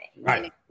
Right